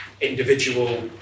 individual